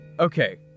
Okay